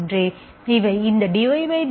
எனவே இந்த dydxஐy dYdXஆல் மாற்றலாம்